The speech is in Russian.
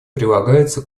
прилагаются